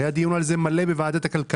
היו דיונים רבים על זה בוועדת הכלכלה,